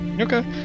okay